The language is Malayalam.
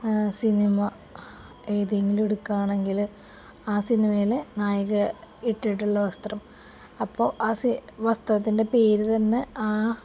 സിനിമ ഏതെങ്കിലും എടുക്കുകയാണെങ്കില് ആ സിനിമയിലെ നായിക ഇട്ടിട്ടുള്ള വസ്ത്രം അപ്പോള് ആ വസ്ത്രത്തിൻ്റെ പേര് തന്നെ ആ